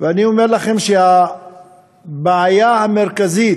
ואני אומר לכם שהבעיה המרכזית